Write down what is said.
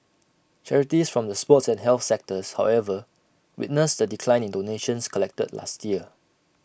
charities from the sports and health sectors however witnessed A decline in donations collected last year